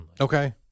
Okay